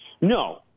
No